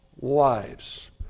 wives